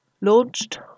Launched